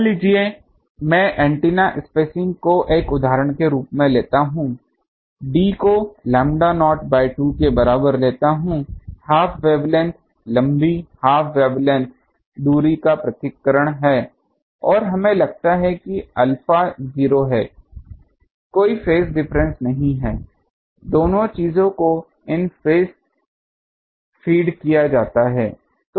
मान लीजिए मैं एंटीना स्पेसिंग को एक उदाहरण के रूप में लेता हूँ d को लैम्ब्डा नॉट बाय 2 के बराबर लेता हूँ हाफ वेव लेंथ लंबी हाफ वेव लेंथ दूरी का पृथक्करण है और हमें लगता है कि alpha 0 है कोई फेज डिफरेंस नहीं है दोनों चीजों को इन फेज फेड किया जाता है